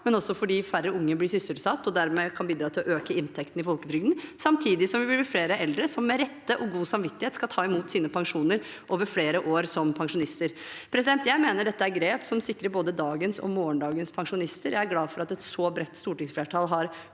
barn og fordi færre unge blir sysselsatt og dermed kan bidra til å øke inntekten i folketrygden – samtidig som vi blir flere eldre, som med rette og med god samvittighet skal ta imot sine pensjoner over flere år som pensjonister. Jeg mener dette er grep som sikrer både dagens og morgendagens pensjonister. Jeg er glad for at et så bredt stortingsflertall har